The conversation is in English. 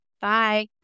bye